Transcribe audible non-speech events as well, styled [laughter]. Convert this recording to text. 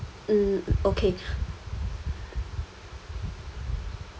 mm okay [breath]